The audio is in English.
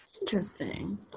interesting